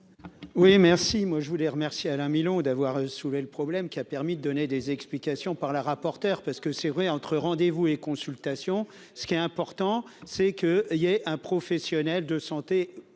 Oui, merci, moi je voulais remercier Alain Milon, d'avoir soulevé le problème qui a permis de donner des explications par la rapporteure, parce que c'est vrai entre rendez-vous et consultation, ce qui est important, c'est que il y a un professionnel de santé